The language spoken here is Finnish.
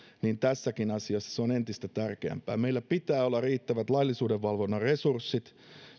tässäkin asiassa on entistä tärkeämpää meillä pitää olla riittävät laillisuuden valvonnan resurssit